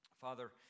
Father